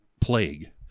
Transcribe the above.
plague